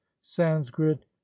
Sanskrit